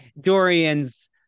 Dorian's